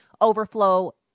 overflow